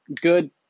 Good